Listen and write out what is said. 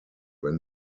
when